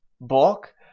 book